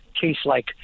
case-like